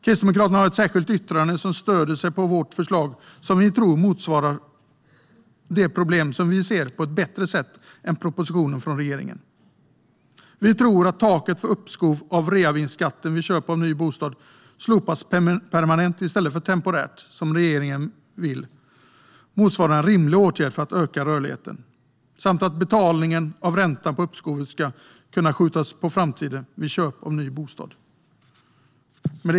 Kristdemokraterna har ett särskilt yttrande som stöder sig på vårt förslag och som vi tror motsvarar det problem vi ser på ett bättre sätt än propositionen från regeringen. Vi tror att taket för uppskov av reavinstskatten vid köp av ny bostad slopas permanent i stället för temporärt som regeringen vill. Det motsvarar en rimlig åtgärd för att öka rörligheten. Betalningen av räntan på uppskovet ska kunna skjutas på framtiden vid köp av ny bostad.